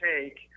take